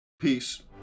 Peace